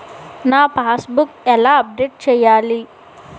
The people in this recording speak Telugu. నా పాస్ బుక్ ఎలా అప్డేట్ చేయాలి?